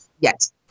yes